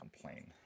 complain